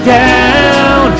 down